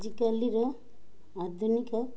ଆଜିକାଲିର ଆଧୁନିକ